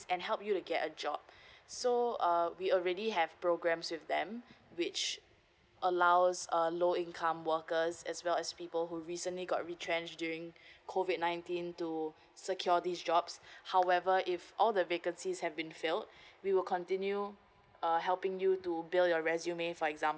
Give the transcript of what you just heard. and help you to get a job so uh we already have programs with them which allows uh low income workers as well as people who recently got retrench during COVID nineteen to secure these jobs however if all the vacancies have been failed we will continue uh helping you to build your resume for example